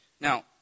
Now